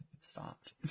stopped